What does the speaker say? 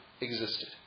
existed